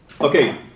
Okay